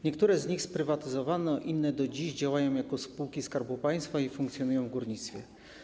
Niektóre z nich sprywatyzowano, inne do dziś działają jako spółki Skarbu Państwa i funkcjonują w górnictwie.